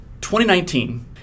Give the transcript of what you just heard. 2019